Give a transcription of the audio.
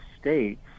states